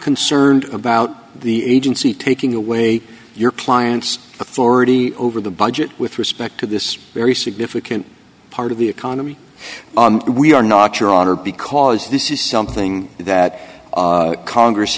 concerned about the agency taking away your client's authority over the budget with respect to this very significant part of the economy we are not your honor because this is something that congress